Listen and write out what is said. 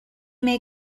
may